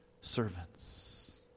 servants